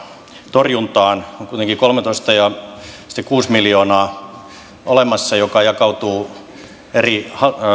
torjuntaan mutta on kuitenkin kolmetoista pilkku kuusi miljoonaa olemassa joka jakautuu eri